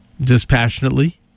dispassionately